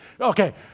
Okay